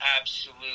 absolute